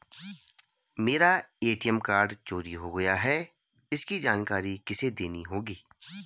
मेरा ATM card चोरी हो गया है इसकी जानकारी किसे देनी होगी?